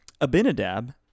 Abinadab